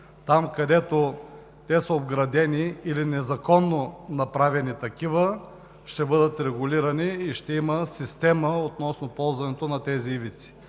Там, където те са оградени или незаконно направените такива, ще бъдат регулирани и ще има система относно ползването на тези ивици.